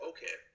Okay